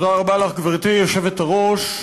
גברתי היושבת-ראש,